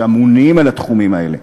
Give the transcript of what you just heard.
שאמונים על התחומים האלה.